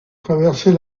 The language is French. traverser